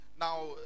now